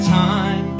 time